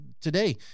today